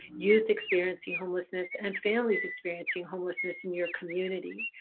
youth experiencing homelessness, and families experiencing homelessness in your community,